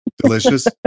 Delicious